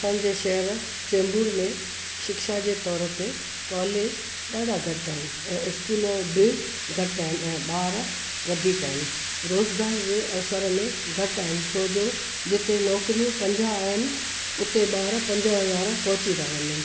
असांजे शहरु चेंबूर में शिक्षा जे तौर ते कॉलेज ॾाढा घटि आहिनि ऐं स्कूल बि घटि आहिनि ऐं ॿार वधीक आहिनि रोज़गार जे अवसर में घटि आहिनि छो जो जिते नौकरियूं पंजाहु आहिनि उते ॿार पंजाहु हज़ार पहुची था वञनि